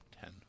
Ten